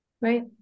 Right